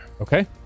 okay